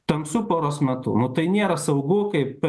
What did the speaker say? tamsiu paros metu nu tai nėra saugu kaip